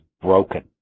broken